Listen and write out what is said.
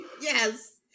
Yes